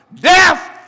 death